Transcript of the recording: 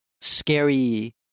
scary